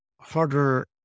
harder